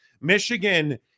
Michigan